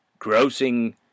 grossing